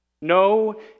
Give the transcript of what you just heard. no